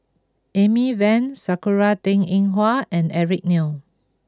Amy Van Sakura Teng Ying Hua and Eric Neo